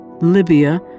Libya